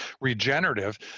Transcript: regenerative